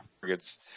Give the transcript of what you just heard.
targets